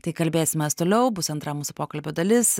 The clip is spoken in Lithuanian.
tai kalbėsimės toliau bus antra mūsų pokalbio dalis